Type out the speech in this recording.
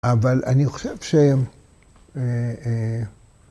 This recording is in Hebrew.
‫אבל אני חושב שהם...